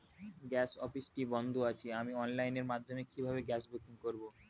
Gas অফিসটি বন্ধ আছে আমি অনলাইনের মাধ্যমে কিভাবে গ্যাস বুকিং করব?